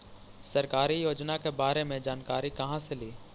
सरकारी योजना के बारे मे जानकारी कहा से ली?